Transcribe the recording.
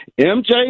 MJ